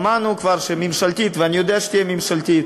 שמענו כבר על ממשלתית, ואני יודע שתהיה ממשלתית,